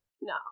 No